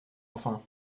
enfin